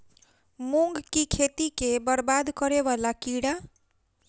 मूंग की खेती केँ बरबाद करे वला कीड़ा?